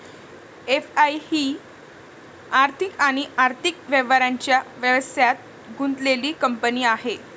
FI ही आर्थिक आणि आर्थिक व्यवहारांच्या व्यवसायात गुंतलेली कंपनी आहे